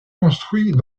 construit